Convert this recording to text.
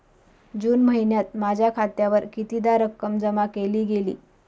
जून महिन्यात माझ्या खात्यावर कितीदा रक्कम जमा केली गेली?